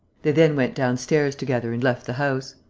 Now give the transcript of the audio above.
they then went downstairs together and left the house.